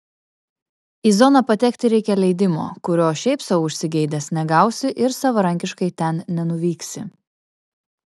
į zoną patekti reikia leidimo kurio šiaip sau užsigeidęs negausi ir savarankiškai ten nenuvyksi